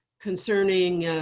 concerning